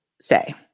say